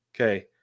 Okay